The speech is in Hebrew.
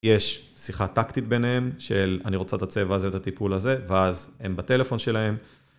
יש שיחה טקטית ביניהם של אני רוצה את הצבע הזה, את הטיפול הזה, ואז הם בטלפון שלהם.